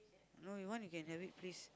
no you want you can have it please